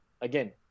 Again